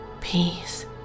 peace